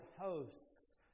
hosts